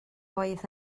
oedd